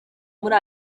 muri